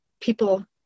people